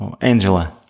Angela